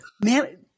man